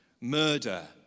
murder